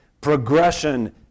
Progression